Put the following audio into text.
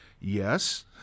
Yes